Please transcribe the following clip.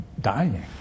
dying